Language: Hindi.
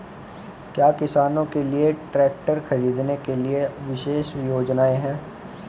क्या किसानों के लिए ट्रैक्टर खरीदने के लिए विशेष योजनाएं हैं?